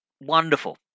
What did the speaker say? Wonderful